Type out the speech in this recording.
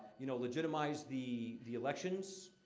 you know, legitimize the the elections?